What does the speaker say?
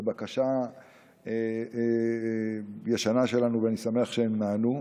זו בקשה ישנה שלנו, ואני שמח שהם נענו.